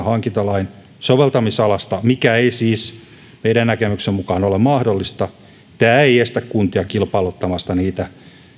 hankintalain soveltamisalasta mikä ei siis meidän näkemyksemme mukaan ole mahdollista tämä ei estä kuntia kilpailuttamasta niitä